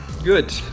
Good